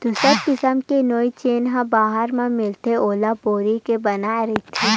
दूसर किसिम के नोई जेन ह बजार म मिलथे ओला बोरी के बनाये रहिथे